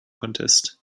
contest